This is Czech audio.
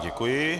Děkuji.